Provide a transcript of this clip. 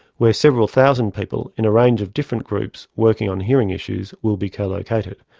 where several thousand people in a range of different groups working on hearing issues will be co-located.